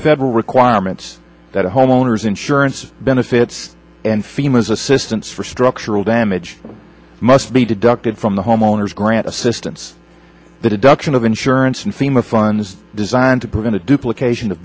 federal requirements that homeowner's insurance benefits and femurs assistance for structural damage must be deducted from the homeowner's grant assistance that induction of insurance and fema funds designed to prevent a duplicati